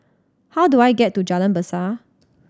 how do I get to Jalan Besar